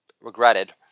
regretted